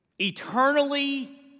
eternally